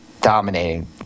dominating